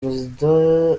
perezida